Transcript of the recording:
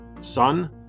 son